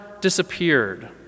disappeared